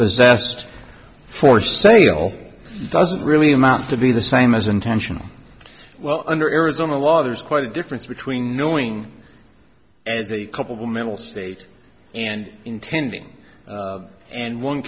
possessed for sale doesn't really amount to be the same as intentional well under arizona law there's quite a difference between knowing as a couple mental state and intending and one